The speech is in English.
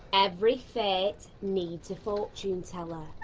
every fete needs a fortune teller.